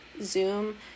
Zoom